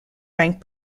ranked